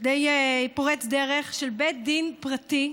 די פורץ דרך של בית דין פרטי,